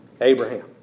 Abraham